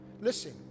listen